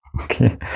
okay